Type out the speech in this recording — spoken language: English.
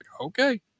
Okay